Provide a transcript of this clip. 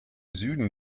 süden